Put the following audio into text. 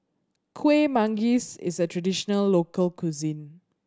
Kueh Manggis is a traditional local cuisine